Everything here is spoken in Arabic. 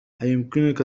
أيمكنك